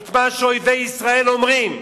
את מה שאויבי ישראל אומרים,